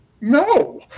no